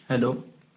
hello